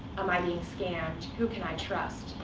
am i being scammed? who can i trust?